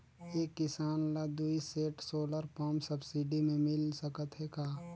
एक किसान ल दुई सेट सोलर पम्प सब्सिडी मे मिल सकत हे का?